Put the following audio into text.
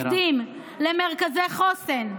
למוקדים, למרכזי חוסן,